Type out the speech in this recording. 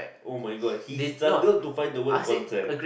oh my god he struggled to find the word contract